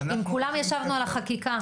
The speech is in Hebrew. עם כולם ישבנו על החקיקה.